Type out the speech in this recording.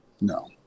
no